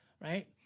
right